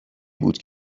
بود